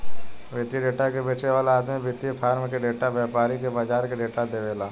वित्तीय डेटा के बेचे वाला आदमी वित्तीय फार्म के डेटा, व्यापारी के बाजार के डेटा देवेला